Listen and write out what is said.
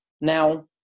Now